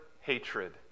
hatred